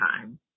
time